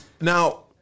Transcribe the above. Now